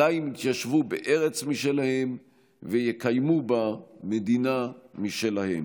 אלא אם כן יתיישבו בארץ משלהם ויקימו בה מדינה משלהם.